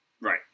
Right